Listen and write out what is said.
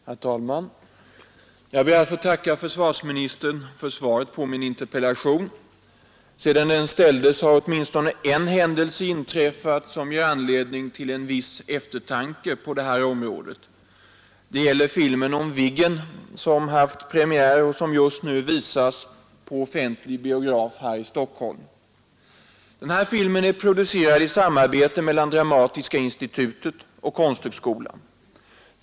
Herr talman! Jag ber att få tacka försvarsministern för svaret på min interpellation. Sedan den ställdes har åtminstone en händelse inträffat som ger anledning till en viss eftertanke på detta område. Det gäller filmen om Viggen, som haft premiär och som just nu visas på offentlig biograf här i Stockholm. Filmen är producerad i samarbete mellan Dramatiska institutet och konsthögskolan.